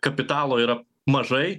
kapitalo yra mažai